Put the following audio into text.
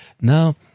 Now